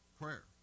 prayer